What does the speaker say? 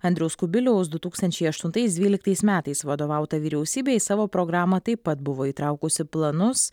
andriaus kubiliaus du tūkstančiai aštuntais dvyliktais metais vadovauta vyriausybė į savo programą taip pat buvo įtraukusi planus